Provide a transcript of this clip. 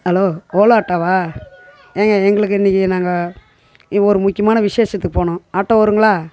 hello Ola ஆட்டோவா ஏங்க எங்களுக்கு இன்றைக்கி நாங்கள் இங்கே ஒரு முக்கியமான விசேஷத்துக்குப் போகணும் ஆட்டோ வருங்களா